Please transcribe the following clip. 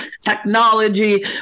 technology